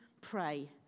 pray